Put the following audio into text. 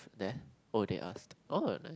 there oh they ask oh nice